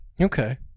okay